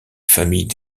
familles